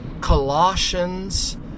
Colossians